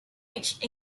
reached